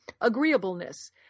Agreeableness